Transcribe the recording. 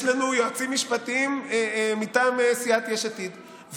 זאת אומרת שהבעיה שיש לנו מערכת משפט שאיבדה את האיזונים